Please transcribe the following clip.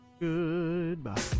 goodbye